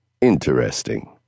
Interesting